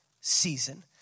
season